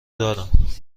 دارم